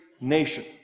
nation